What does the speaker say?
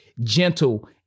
gentle